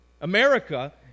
America